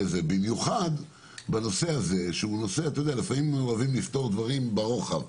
במיוחד בנושא הזה לפעמים אוהבים לפתור דברים ברוחב.